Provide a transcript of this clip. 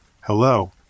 Hello